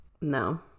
No